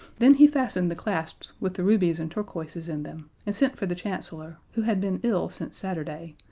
then he fastened the clasps with the rubies and turquoises in them and sent for the chancellor, who had been ill since saturday,